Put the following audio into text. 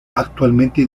actualmente